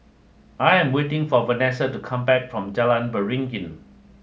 I am waiting for Vanesa to come back from Jalan Beringin